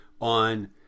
on